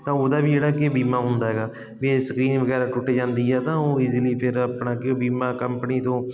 ਤਾਂ ਉਹਦਾ ਵੀ ਜਿਹੜਾ ਕਿ ਬੀਮਾ ਹੁੰਦਾ ਹੈਗਾ ਵੀ ਇਹ ਸਕਰੀਨ ਵਗੈਰਾ ਟੁੱਟ ਜਾਂਦੀ ਆ ਤਾਂ ਉਹ ਈਜ਼ੀਲੀ ਫਿਰ ਆਪਣਾ ਕੀ ਆ ਬੀਮਾ ਕੰਪਨੀ ਤੋਂ